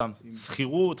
בשל שכירות,